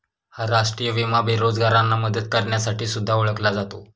हा राष्ट्रीय विमा बेरोजगारांना मदत करण्यासाठी सुद्धा ओळखला जातो